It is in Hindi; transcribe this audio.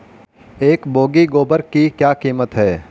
एक बोगी गोबर की क्या कीमत है?